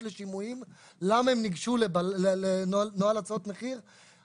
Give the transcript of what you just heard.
לשימועים למה הם ניגשו לנוהל הצעות מחיר.